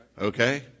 Okay